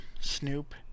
Snoop